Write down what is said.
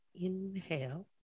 inhale